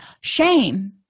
shame